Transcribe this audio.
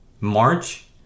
March